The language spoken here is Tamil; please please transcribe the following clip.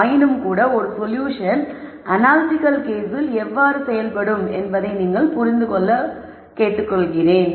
ஆயினும்கூட ஒரு சொல்யூஷன் அனாலிட்டிகல் கேஸில் எவ்வாறு செயல்படும் என்பதை நீங்கள் புரிந்து கொள்ள வேண்டுகிறேன்